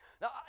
Now